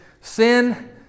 Sin